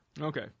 Okay